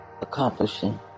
accomplishing